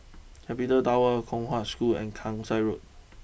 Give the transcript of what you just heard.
capital Tower Kong Hwa School and Kasai Road